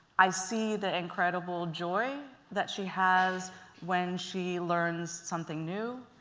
i see the incredible joy that she has when she learns something new.